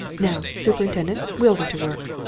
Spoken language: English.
now, superintendent, we'll get to work.